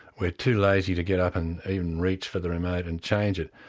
we're too lazy to get up and even reach for the remote and change it.